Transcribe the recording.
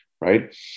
right